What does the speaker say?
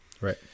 right